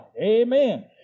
Amen